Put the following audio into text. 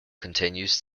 continues